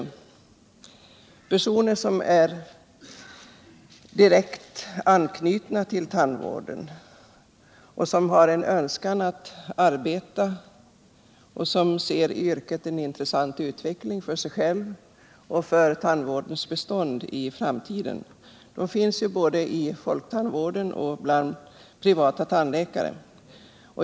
Det är personer som är direkt knutna till tandvården, som har en önskan att arbeta och som ser i yrket en intressant utveckling för sig själva och för tandvårdens bestånd i framtiden. Man finner dem både i folktandvården och hos privata tandläkare.